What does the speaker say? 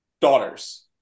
daughters